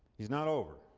he's not over